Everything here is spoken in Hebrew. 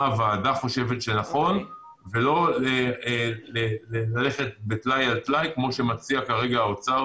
מה הוועדה חושבת שנכון ולא ללכת טלאי על טלאי כמו שמציע כרגע האוצר,